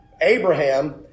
Abraham